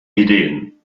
ideen